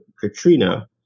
Katrina